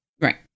Right